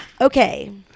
Okay